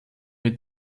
mit